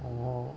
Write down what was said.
orh